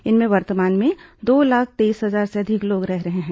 इनमें वर्तमान में दो लाख तेईस हजार से अधिक लोग रह रहे हैं